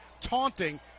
taunting